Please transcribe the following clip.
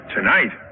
Tonight